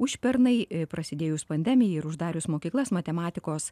užpernai prasidėjus pandemijai ir uždarius mokyklas matematikos